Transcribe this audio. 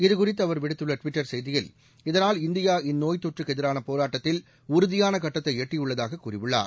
இதுகுறித்து அவர் விடுத்துள்ள ட்விட்டர் செய்தியில் இதனால் இந்தியா இந்நோய்த் தொற்றுக்கு எதிரான போராட்டத்தில் உறுதியான கட்டத்தை எட்டியுள்ளதாக கூறியுள்ளார்